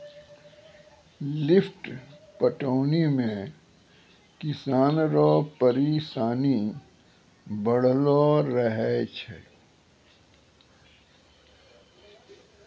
lift पटौनी मे किसान रो परिसानी बड़लो रहै छै